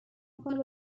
میکنه